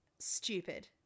Stupid